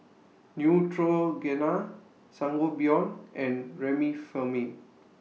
Neutrogena Sangobion and Remifemin